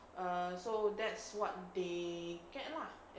err so that's what they get lah